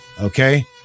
Okay